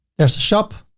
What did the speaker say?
there's a shop.